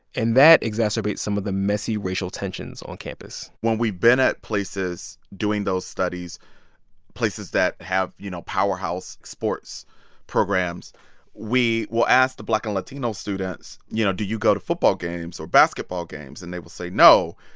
and that exacerbates some of the messy racial tensions on campus when we've been at places, places, doing those studies places that that have, you know, powerhouse-like sports programs we will ask the black and latino students, you know, do you go to football games or basketball games? and they will say, no.